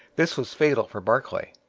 this was fatal for barclay.